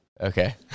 Okay